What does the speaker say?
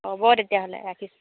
হ'ব তেতিয়াহ'লে ৰাখিছোঁ